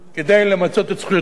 כדי למצות את זכויותיהם.